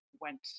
went